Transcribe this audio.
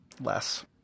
less